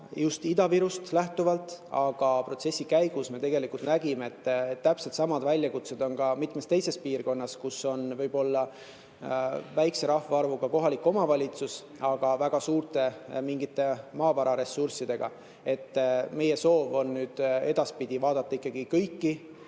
just Ida-Virust lähtuvalt, aga protsessi käigus me nägime, et täpselt samad väljakutsed on ka mitmes teises piirkonnas, kus on võib-olla väikese rahvaarvuga kohalik omavalitsus, aga väga suured mingid maavararessursid. Meie soov on edaspidi vaadata kõiki